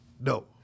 no